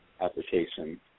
application